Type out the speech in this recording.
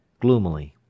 gloomily